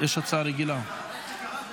התשפ"ג 2023,